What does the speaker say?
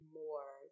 more